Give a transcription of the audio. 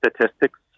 statistics